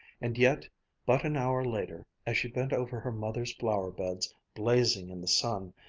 and yet but an hour later, as she bent over her mother's flower-beds blazing in the sun,